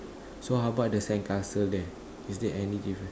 so how about the sandcastle there is there any difference